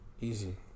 Easy